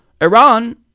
Iran